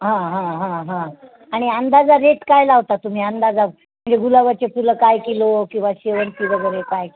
हा हा हा हा आणि अंदाजे रेट काय लावता तुम्ही अंदाजे म्हणजे गुलाबाचे फुलं काय किलो किंवा शेवंतीवगैरे काय